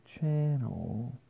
channel